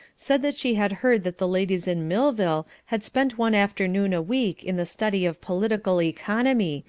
said that she had heard that the ladies in millville had spent one afternoon a week in the study of political economy,